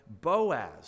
Boaz